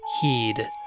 heed